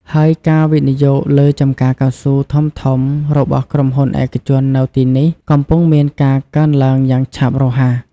ហើយការវិនិយោគលើចំការកៅស៊ូធំៗរបស់ក្រុមហ៊ុនឯកជននៅទីនេះកំពុងមានការកើនឡើងយ៉ាងឆាប់រហ័ស។